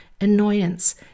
annoyance